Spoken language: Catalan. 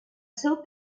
seu